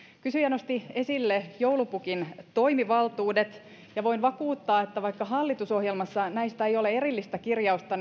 kysyjä nosti esille joulupukin toimivaltuudet ja voin vakuuttaa että vaikka hallitusohjelmassa näistä ei ole erillistä kirjausta